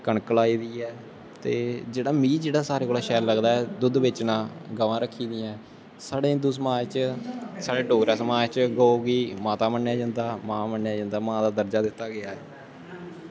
कनक लाई दी ऐ ते जेह्ड़ा मिगी सारें कोला शैल लगदा दुद्ध बेचना गवां रक्खी दियां साढ़े हिंदु समाज च साढ़े डोगरा समाज च गौ गी माता मन्नेआ जंदा ऐ मां मन्नेआ जंदा ऐ